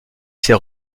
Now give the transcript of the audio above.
s’est